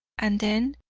and then,